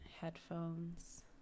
headphones